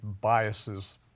biases